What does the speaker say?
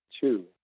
two